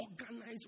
organize